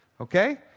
Okay